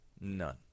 None